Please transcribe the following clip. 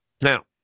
Now